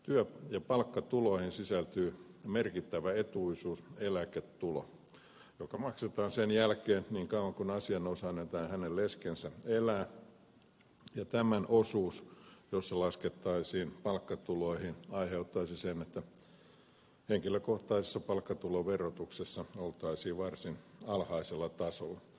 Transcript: työ ja palkkatuloihin sisältyy merkittävä etuisuus eläketulo joka maksetaan sen jälkeen niin kauan kuin asianosainen tai hänen leskensä elää ja tämän osuus jos se laskettaisiin palkkatuloihin aiheuttaisi sen että henkilökohtaisessa palkkatuloverotuksessa oltaisiin varsin alhaisella tasolla